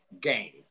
game